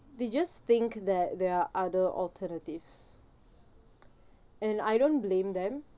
they just think that there are other alternatives and I don't blame them